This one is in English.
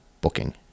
booking